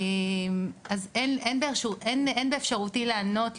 אז אין באפשרותי לענות,